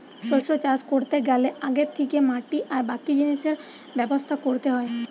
শস্য চাষ কোরতে গ্যালে আগে থিকে মাটি আর বাকি জিনিসের ব্যবস্থা কোরতে হয়